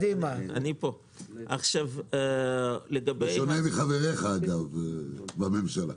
בשונה מחבריך בממשלה.